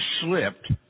slipped